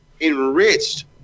enriched